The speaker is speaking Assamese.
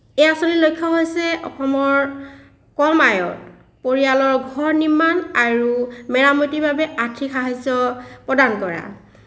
এই আঁচনিৰ লক্ষ্য হৈছে অসমৰ কম আয়ৰ পৰিয়ালৰ ঘৰ নিৰ্মাণ আৰু মেৰামতিৰ বাবে আৰ্থিক সাহাৰ্য্য প্ৰদান কৰা